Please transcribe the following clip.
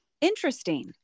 Interesting